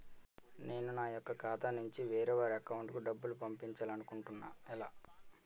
నేను నా యెక్క ఖాతా నుంచి వేరే వారి అకౌంట్ కు డబ్బులు పంపించాలనుకుంటున్నా ఎలా?